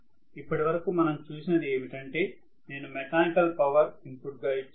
ఇప్పటివరకు మనం చూసినది ఏమిటంటే నేను మెకానికల్ పవర్ ఇన్పుట్ గా ఇచ్చాను